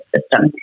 system